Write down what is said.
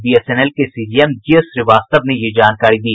BSNL के CGM GS Srivastava ने ये जानकारी दी